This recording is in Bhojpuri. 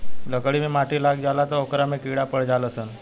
लकड़ी मे माटी लाग जाला त ओकरा में कीड़ा पड़ जाल सन